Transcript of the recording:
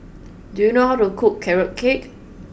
do you know how to cook carrot cake